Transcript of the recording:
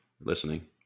listening